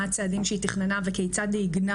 מה הצעדים שהיא תכננה וכיצד היא עיגנה